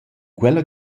quella